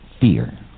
fear